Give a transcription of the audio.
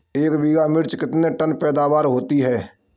एक बीघा मिर्च में कितने टन पैदावार होती है?